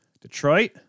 Detroit